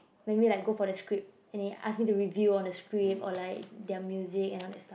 maybe like go for the script and then ask me to review on the script or like their music and that stuff